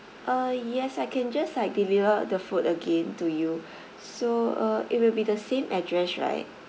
uh yes I can just like deliver the food again to you so uh it will be the same address right